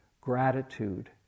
Gratitude